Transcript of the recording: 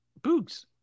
Boogs